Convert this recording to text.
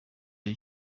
rya